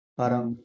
parang